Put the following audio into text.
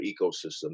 ecosystem